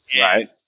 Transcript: Right